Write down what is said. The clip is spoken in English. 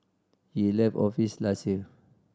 he left office last year